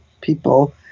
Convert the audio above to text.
people